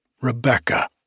Rebecca